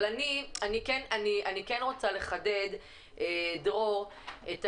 אבל אני כן רוצה לחדד את הנקודה,